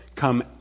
come